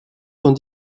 sont